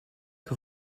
que